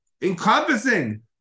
encompassing